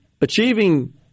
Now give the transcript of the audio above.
Achieving